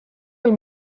del